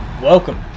Welcome